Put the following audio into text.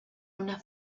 una